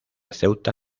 ceuta